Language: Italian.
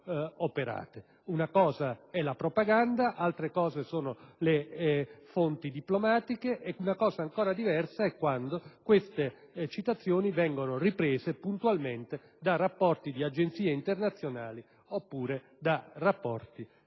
una cosa è la propaganda, altra cosa sono le fonti diplomatiche e cosa ancora diversa è quando tali citazioni vengono riprese puntualmente in rapporti di agenzie internazionali o di istituti